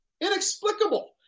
Inexplicable